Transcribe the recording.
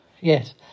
yes